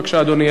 בבקשה, אדוני.